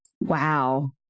Wow